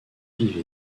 vivent